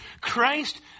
Christ